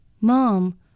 Mom